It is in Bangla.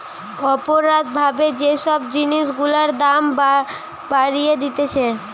অপরাধ ভাবে যে সব জিনিস গুলার দাম বাড়িয়ে দিতেছে